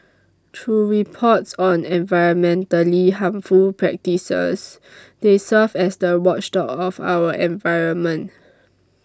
through reports on environmentally harmful practices they serve as the watchdogs of our environment